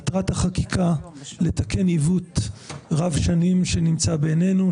מטרת החקיקה היא לתקן עיוות רב-שנים שנמצא בינינו,